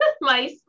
Mice